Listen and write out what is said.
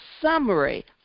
summary